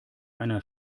einer